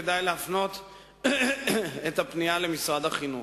כדאי להפנות את השאלה למשרד החינוך.